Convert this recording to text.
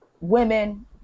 women